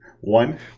One